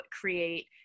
create